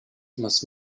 must